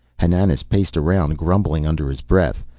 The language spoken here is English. hananas paced around, grumbling under his breath,